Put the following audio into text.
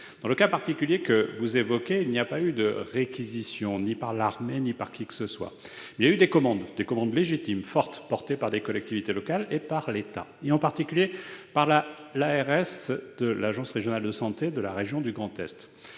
Dans le cas particulier que vous évoquez, il n'y a pas eu de réquisition, ni par l'armée ni par qui que ce soit. Il y a eu des commandes- des commandes légitimes, fortes, faites par des collectivités locales et par l'État, et en particulier par l'ARS du Grand Est. Cette dernière avait commandé et